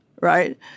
right